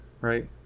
right